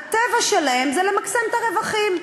הטבע שלהם זה למקסם את הרווחים.